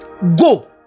Go